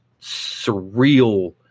surreal